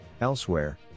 Elsewhere